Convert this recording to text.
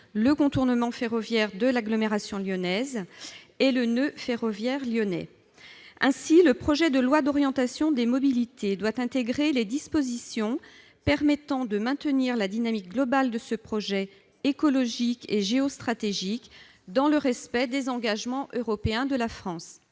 du contournement ferroviaire de l'agglomération lyonnaise et du noeud ferroviaire lyonnais. Ce projet de loi doit inclure les dispositions permettant de maintenir la dynamique globale de ce projet écologique et géostratégique dans le respect des engagements internationaux de la France.